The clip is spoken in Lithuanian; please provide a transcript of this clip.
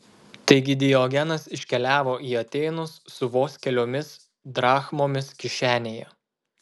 taigi diogenas iškeliavo į atėnus su vos keliomis drachmomis kišenėje